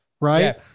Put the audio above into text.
Right